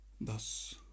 thus